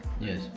Yes